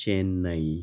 Chennai